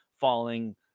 falling